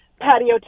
patio